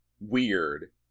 weird